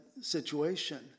situation